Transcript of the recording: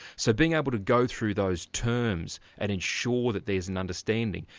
so being able to go through those terms and ensure that there's an understanding,